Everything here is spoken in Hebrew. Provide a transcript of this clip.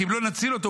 כי אם לא נציל אותו,